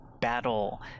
battle